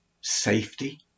safety